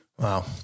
Wow